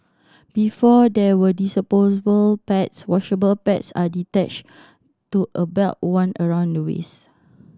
before there were disposable pads washable pads are to a belt worn around the waist